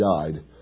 died